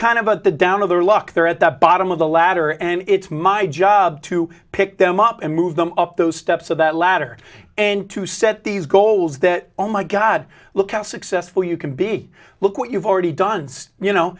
kind of at the down of their luck there at the bottom of the ladder and it's my job to pick them up and move them up those steps so that ladder and to set these goals that oh my god look at successful you can be look what you've already done you know